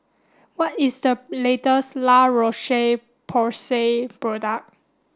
what is the latest La Roche Porsay product